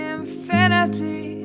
infinity